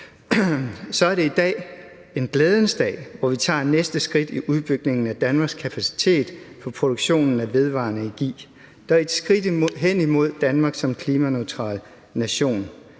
alt er det i dag en glædens dag, hvor vi tager næste skridt i udbygningen af Danmarks kapacitet for produktion af vedvarende energi, der er et skridt hen imod Danmark som klimaneutral nation.